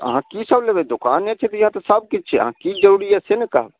तऽ अहाँ की सभ लेबै दोकाने छै तऽ सभकिछु छै कि जरूरी से ने कहब